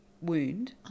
wound